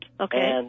Okay